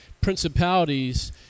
principalities